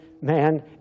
man